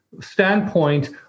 standpoint